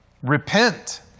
repent